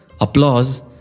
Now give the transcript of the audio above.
applause